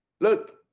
Look